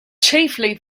chiefly